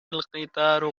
القطار